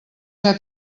ser